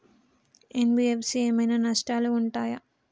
NBFC ఏమైనా నష్టాలు ఉంటయా?